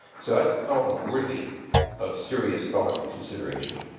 so that's a problem worthy of serious thought and consideration.